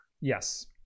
Yes